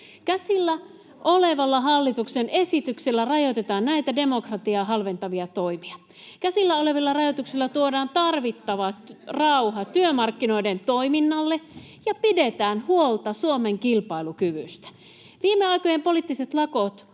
Käsillä olevalla hallituksen esityksellä rajoitetaan näitä demokratiaa halventavia toimia. Käsillä olevilla rajoituksilla tuodaan tarvittava rauha työmarkkinoiden toiminnalle ja pidetään huolta Suomen kilpailukyvystä. Viime aikojen poliittiset lakot